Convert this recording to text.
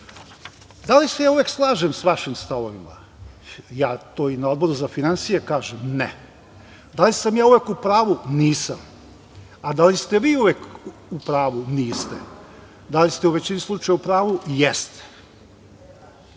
li se ja uvek slažem sa vašim stavovima? Ja to i na Odboru za finansije kažem. Ne. Da li sam ja uvek u pravu? Nisam. Da li ste vi uvek u pravu? Niste. Da li ste u većini slučajeva u pravu? Jeste.